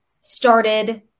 started